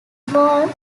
goal